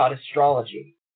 astrology